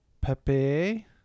Pepe